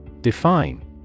Define